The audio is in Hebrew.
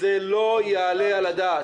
זה לא יעלה על הדעת.